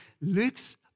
Luke's